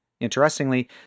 Interestingly